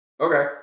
Okay